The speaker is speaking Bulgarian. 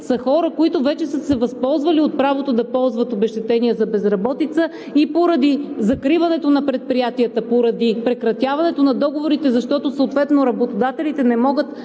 са хора, които вече са се възползвали от правото да ползват обезщетение за безработица и поради закриването на предприятията, поради прекратяването на договорите, защото съответно работодателите не могат